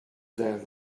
than